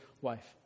wife